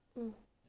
mm